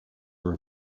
are